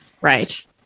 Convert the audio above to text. Right